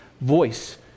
voice